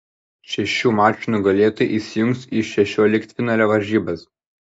šešių mačų nugalėtojai įsijungs į šešioliktfinalio varžybas